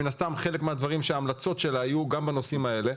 שמן הסתם חלק מההמלצות שלה יהיו גם בנושאים האלה,